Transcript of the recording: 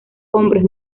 hombres